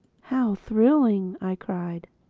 how thrilling! i cried.